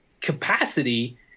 capacity